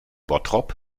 bottrop